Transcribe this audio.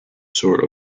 sort